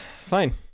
Fine